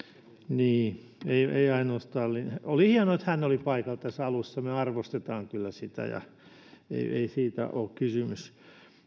niin ei ainoastaan oli hienoa että hän oli paikalla tässä alussa me arvostamme kyllä sitä ei siitä ole kysymys